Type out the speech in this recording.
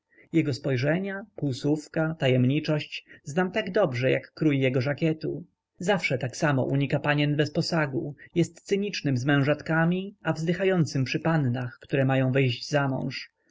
jego spojrzenia półsłówka tajemniczość znam tak dobrze jak krój jego żakietu zawsze tak samo unika panien bez posagu jest cynicznym z mężatkami a wzdychającym przy pannach które mają wyjść zamąż mój